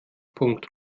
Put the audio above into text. punkt